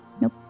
Nope